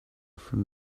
from